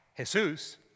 Jesus